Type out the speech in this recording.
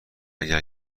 اگر